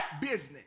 business